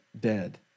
dead